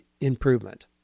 improvement